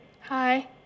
Hi